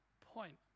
point